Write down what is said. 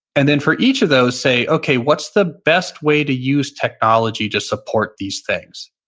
and then, for each of those say, okay what's the best way to use technology to support these things?